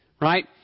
right